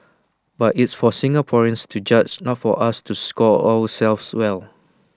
but it's for Singaporeans to judge not for us to score ourselves well